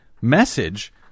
Message